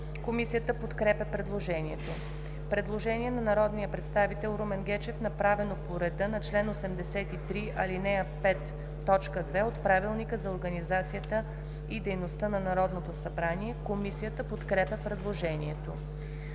Комисията подкрепя предложението. Предложение на народния представител Румен Гечев, направено по реда на чл. 83, ал. 5, т. 2 от Правилника за организацията и дейността на Народното събрание. Комисията подкрепя предложението.